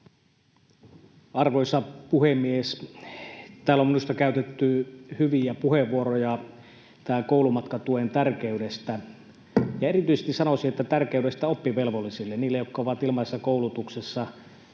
Arvoisa puhemies! Täällä on minusta käytetty hyviä puheenvuoroja tämän koulumatkatuen tärkeydestä, ja erityisesti sanoisin, että tärkeydestä oppivelvollisille, niille, jotka ovat ilmaisessa koulutuksessa.